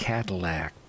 Cadillac